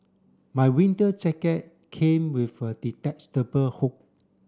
my winter jacket came with a hood